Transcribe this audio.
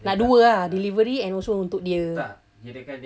nak dua ah delivery and also untuk dia